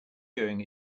during